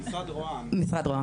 במשרד ראש הממשלה.